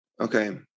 Okay